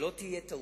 שלא תהיה טעות.